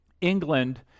England